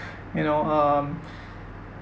you know um